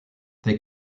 they